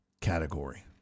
category